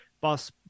bus